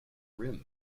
rim